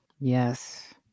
Yes